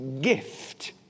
gift